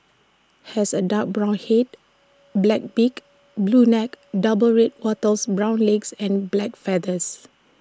has A dark brown Head black beak blue neck double red wattles brown legs and black feathers